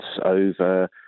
over